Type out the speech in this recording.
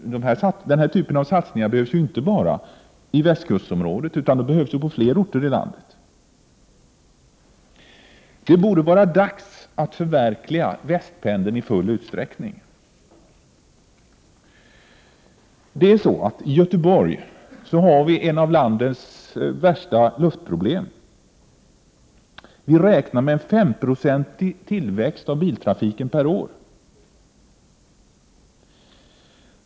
Denna typ av satsningar behövs ju inte bara i västkustområdet utan också på många andra håll i landet. Det borde vara dags att förverkliga västpendeln i full utsträckning. Göteborg är en av de platser i landet där vi har de värsta luftproblemen. Vi räknar med en 5-procentig tillväxt av biltrafiken per år.